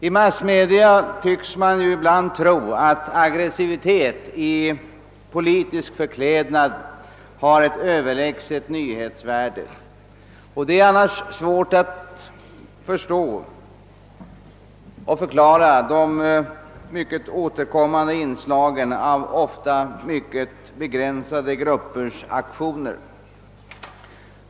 I massmedia tycks man ju ibland tro att aggressivitet i politisk förklädnad har ett överlägset nyhetsvärde, ty annars är det svårt att förklara de tätt återkommande inslagen av ofta mycket begränsade gruppers aktioner.